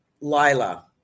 Lila